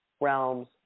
realms